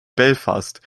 belfast